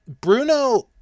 Bruno